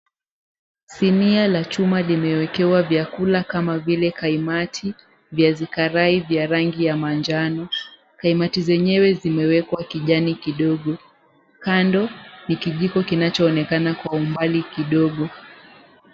Sinia la chuma limewekewa vyakula kama vile kaimati, viazi karai vya rangi ya manjano, kaimati zenyewe zimewekwa kijani kidogo. Kando ni kijiko kinachoonekana kwa umbali kidogo.